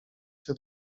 się